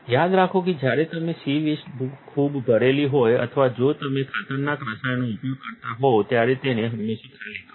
યાદ રાખો કે જ્યારે તમે C વેસ્ટ ખૂબ ભરેલી હોય અથવા જો તમે ખતરનાક રસાયણોનો ઉપયોગ કરતા હોય ત્યારે તેને હંમેશાં ખાલી કરો